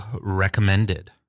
recommended